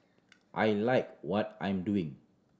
I like what I'm doing